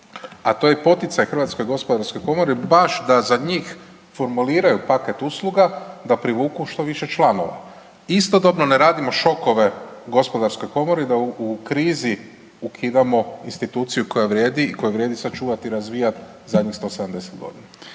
a to je i poticaj Hrvatskoj gospodarskoj komori baš da za njih formuliraju paket usluga, da privuku što više članova. Istodobno ne radimo šokove Gospodarskoj komori da u krizi ukidamo instituciju koja vrijedi i koju vrijedi sačuvati i razvijati zadnjih 170 godina.